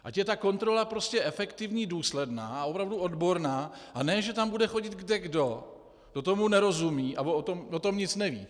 Ať je ta kontrola prostě efektivní, důsledná a opravdu odborná, a ne že tam bude chodit kdekdo, kdo tomu nerozumí a kdo o tom nic neví.